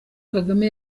kagame